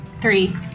Three